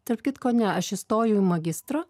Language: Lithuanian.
tarp kitko ne aš įstojau į magistrą